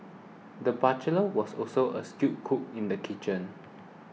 the bachelor was also a skilled cook in the kitchen